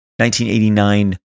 1989